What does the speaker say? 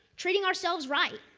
treating ourselves right.